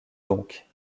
donc